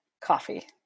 Coffee